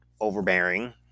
overbearing